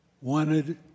wanted